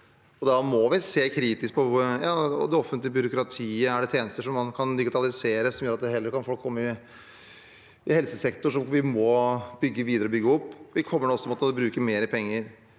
Da må vi se kritisk på det offentlige byråkratiet. Er det tjenester som man kan digitalisere, som gjør at ressursene heller kan komme i helsesektoren, som vi må bygge videre og bygge opp? Vi kommer til å måtte bruke mer penger